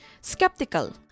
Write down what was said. skeptical